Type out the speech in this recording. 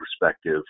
perspective